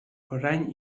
orain